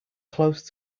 close